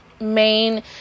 main